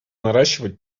наращивать